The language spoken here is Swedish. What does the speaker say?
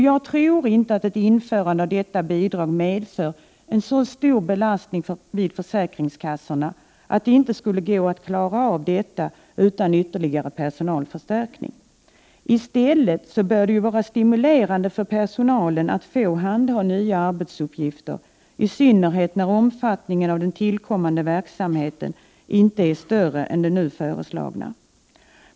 Jag tror inte att införandet av detta bidrag medför en så stor belastning vid försäkringskassorna att det inte skulle gå att klara av detta utan ytterligare personalförstärkning. I stället bör det vara stimulerande för personalen att få handha nya arbetsuppgifter, i synnerhet när omfattningen av den tillkommande verksamheten inte är större än den nu föreslagna.